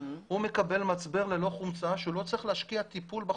הוא מקבל מצבר ללא חומצה שהוא לא צריך להשקיע טיפול בחומצה.